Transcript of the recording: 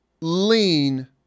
lean